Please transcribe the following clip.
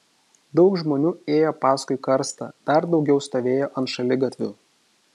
daug žmonių ėjo paskui karstą dar daugiau stovėjo ant šaligatvių